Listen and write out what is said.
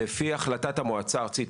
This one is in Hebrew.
לפי החלטת המועצה הארצית,